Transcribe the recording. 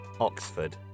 Oxford